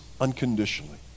unconditionally